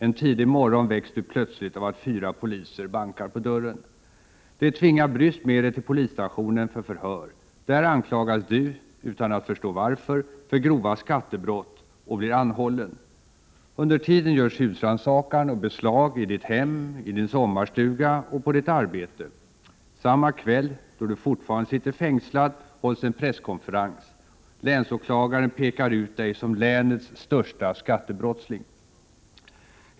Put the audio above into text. En tidig morgon väcks du plötsligt av att fyra poliser bankar på dörren. De tvingar bryskt med dig till polisstationen för förhör. Där anklagas du — utan att förstå varför — för grova skattebrott och blir anhållen. Under tiden görs husrannsakan och beslag i ditt hem, i din sommarstuga och på ditt arbete. Samma kväll — då du fortfarande sitter fängslad — hålls en presskonferens. Länsåklagaren pekar ut dig som länets största skattebrottsling.